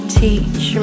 teach